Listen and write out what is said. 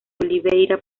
oliveira